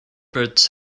birds